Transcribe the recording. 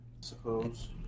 suppose